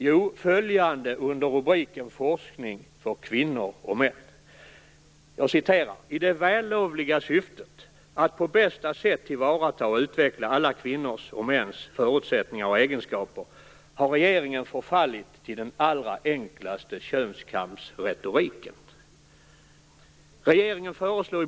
Jag finner följande under rubriken Forskning för kvinnor och män: I det vällovliga syftet att på bästa sätt tillvarata och utveckla alla kvinnors och mäns förutsättningar och egenskaper har regeringen förfallit till den allra enklaste könskampsretoriken.